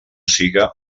siga